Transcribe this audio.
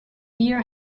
year